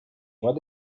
what